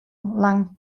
lang